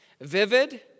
vivid